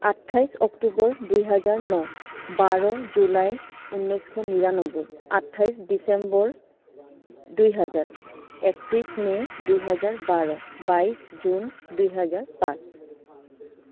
আঠাইছ অক্টোবৰ দুই হজাৰ ন বাৰ জুলাই ঊনৈছশ নিৰান্নব্বৈ আঠাইছ ডিচেম্বৰ দুই হাজাৰ একত্ৰিছ মে' দুই হাজাৰ বাৰ বাইছ জুন দুই হজাৰ পাঁচ